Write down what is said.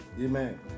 Amen